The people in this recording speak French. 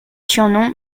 surnom